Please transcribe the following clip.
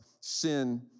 sin